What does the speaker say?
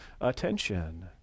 attention